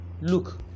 look